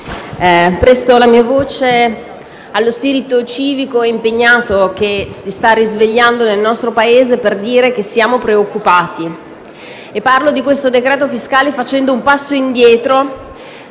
presto la mia voce allo spirito civico e impegnato che si sta risvegliando nel nostro Paese per dire che siamo preoccupati. Parlo del decreto-legge fiscale facendo un passo indietro